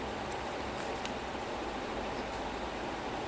ya I think that's probably why it went really well